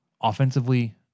offensively